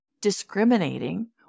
discriminating